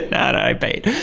that i paid.